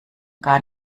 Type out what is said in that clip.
gar